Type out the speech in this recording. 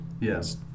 Yes